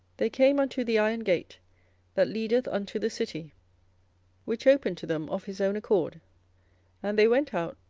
they came unto the iron gate that leadeth unto the city which opened to them of his own accord and they went out,